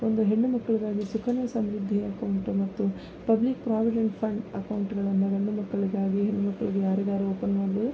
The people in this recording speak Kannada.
ಒಂದು ಹೆಣ್ಣು ಮಕ್ಕಳಿಗಾಗಿ ಸುಕನ್ಯ ಸಮೃದ್ಧಿ ಅಕೌಂಟ್ ಮತ್ತು ಪಬ್ಲಿಕ್ ಪ್ರಾವಿಡೆಂಟ್ ಫಂಡ್ ಅಕೌಂಟ್ಗಳನ್ನು ಗಂಡು ಮಕ್ಕಳಿಗಾಗಿ ಹೆಣ್ಣು ಮಕ್ಳಿಗೆ ಯಾರಿಗಾರು ಓಪನ್ ಮಾಡ್ಬೋದು